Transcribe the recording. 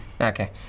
Okay